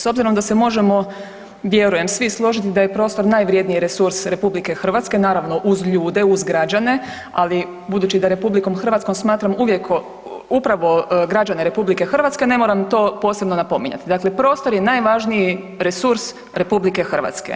S obzirom da se možemo vjerujem svi složiti da je prostor najvredniji resurs RH, naravno uz ljude, uz građane, ali budući da RH smatram upravo građane RH ne moram to posebno napominjati, dakle prostor je najvažniji resurs RH.